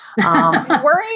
Worry